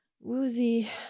woozy